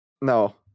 No